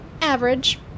Average